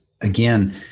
again